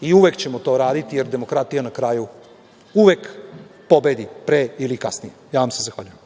i uvek ćemo to radite, jer demokratija na kraju uvek pobedi pre ili kasnije. Ja vam se zahvaljujem.